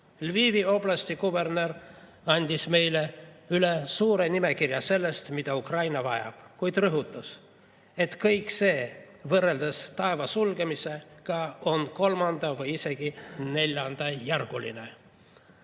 Lvivi oblasti kuberner andis meile üle suure nimekirja sellest, mida Ukraina vajab, kuid rõhutas, et kõik see võrreldes taeva sulgemisega on kolmanda- või isegi neljandajärguline. Kuid